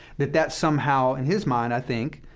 that that somehow, in his mind, i think,